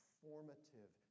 formative